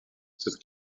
cette